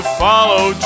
follow